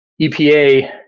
epa